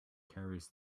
carries